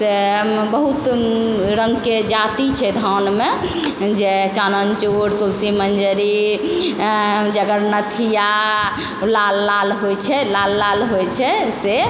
से बहुत रङ्गके जाति छै धानमे जे चानन चोर तुलसी मन्जरी जगन्नाथिया लाल लाल होइ छै लाल लाल होइ छै से